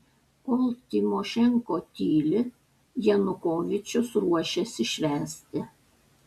kol tymošenko tyli janukovyčius ruošiasi švęsti